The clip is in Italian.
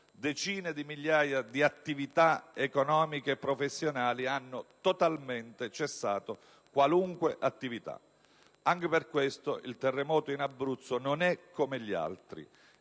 Decine di migliaia di attività economiche e professionali hanno totalmente cessato qualunque attività. Anche per questo il terremoto in Abruzzo non è come gli altri